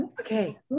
Okay